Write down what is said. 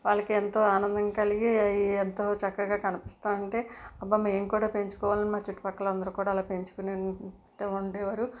వాళ్ళకి ఎంతో ఆనందం కలిగి అవి ఎంతో చక్కగా కనిపిస్తూ ఉంటే అబ్బా మేము కూడా పెంచుకోవాలి మా చుట్టుపక్కన అందరు కూడా అలా పెంచుకుంటూ ఉండేవారు